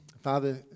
Father